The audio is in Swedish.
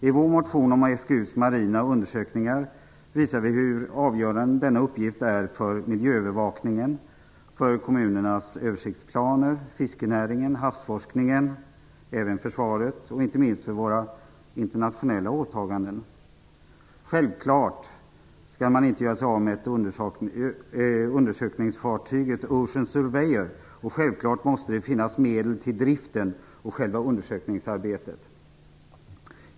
I vår motion om SGU:s marina undersökningar visar vi hur avgörande denna uppgift är för miljöövervakningen, kommunernas översiktsplaner, fiskenäringen, havsforskningen, försvaret och inte minst för våra internationella åtaganden. Man skall självfallet inte göra sig av med undersökningsfartyget Ocean surveyor, och det måste självfallet finnas medel till driften och själva undersökningsarbetet.